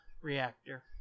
reactor